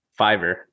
Fiverr